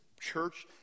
church